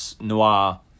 noir